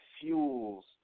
fuels